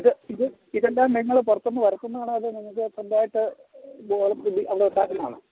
ഇത് ഇതെല്ലാം നിങ്ങൾ പുറത്ത് നിന്ന് വരുത്തുന്നതാണോ അതോ നിങ്ങൾക്ക് സ്വന്തമായിട്ട്